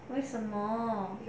为什么